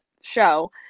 show